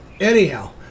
Anyhow